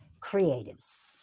creatives